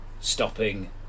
stopping